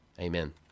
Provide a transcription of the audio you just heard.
Amen